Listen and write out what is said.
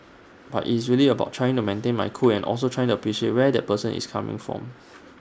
but IT is really about trying to maintain my cool and also trying to appreciate where that person is coming from